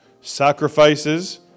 sacrifices